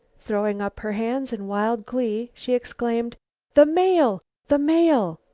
throwing up her hands in wild glee, she exclaimed the mail! the mail!